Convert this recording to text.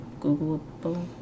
google